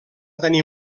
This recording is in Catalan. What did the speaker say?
tenir